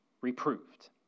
reproved